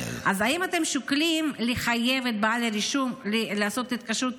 אז האם אתם שוקלים לחייב את בעל הרישום לעשות התקשרות